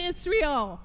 Israel